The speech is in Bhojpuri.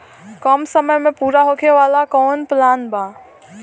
कम समय में पूरा होखे वाला कवन प्लान बा?